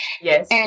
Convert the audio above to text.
Yes